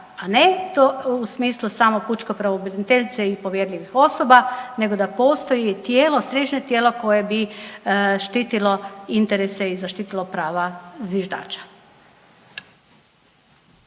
a ne u smislu samo pučke pravobraniteljice i povjerljivih osoba, nego da postoji i tijelo, središnje tijelo koje bi štitilo interese i zaštitilo prava zviždača.